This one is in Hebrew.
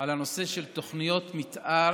על הנושא של תוכניות מתאר